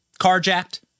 carjacked